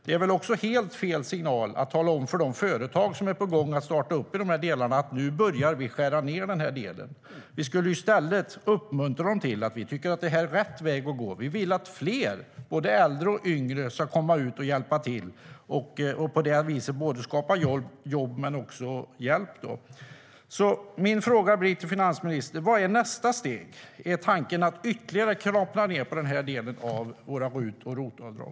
Det är väl också helt fel signal att till de företag som är på gång att starta i de här delarna säga: Nu börjar vi skära ned i den delen. Vi borde i stället uppmuntra dem: Vi tycker att det här är rätt väg att gå. Vi vill att fler, både äldre och yngre, ska komma ut och hjälpa till. På det viset skapas både jobb och hjälp. Min fråga till finansministern blir: Vad är nästa steg? Är tanken att ytterligare minska den här delen av våra RUT och ROT-avdrag?